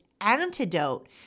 antidote